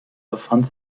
befand